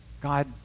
God